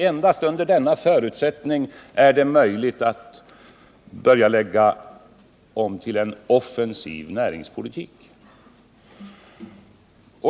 Endast under denna förutsättning är det möjligt att börja lägga om till en offensiv näringspolitik.